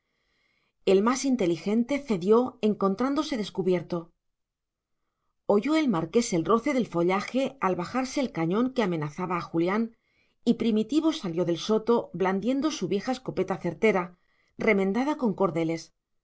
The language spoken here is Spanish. el más inteligente cedió encontrándose descubierto oyó el marqués el roce del follaje al bajarse el cañón que amenazaba a julián y primitivo salió del soto blandiendo su vieja escopeta certera remendada con cordeles